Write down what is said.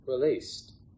released